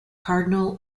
cardinal